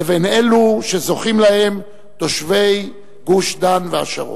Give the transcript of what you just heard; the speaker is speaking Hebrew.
לבין אלו שזוכים להם תושבי גוש-דן והשרון.